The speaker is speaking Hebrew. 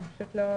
לא.